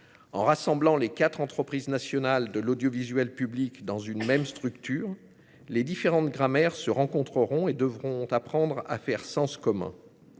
En rassemblant les quatre entreprises nationales de l'audiovisuel public dans une même structure, nous obligerons les différentes grammaires à se rencontrer et à apprendre à faire sens commun.